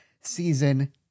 season